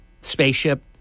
spaceship